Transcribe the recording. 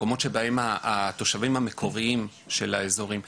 מקומות שבהם התושבים המקוריים של האזורים,